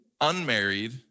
unmarried